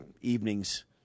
evenings